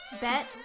bet